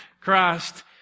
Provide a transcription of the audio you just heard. Christ